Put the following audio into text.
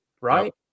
right